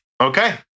Okay